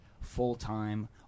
full-time